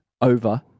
over